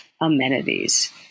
amenities